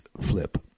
flip